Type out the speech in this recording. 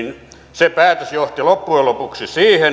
valtioihin meni niin loppujen lopuksi